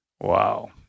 Wow